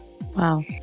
Wow